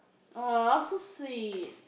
!aw! so sweet